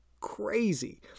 crazy